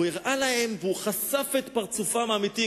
הוא הראה להם והוא חשף את פרצופם האמיתי,